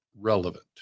relevant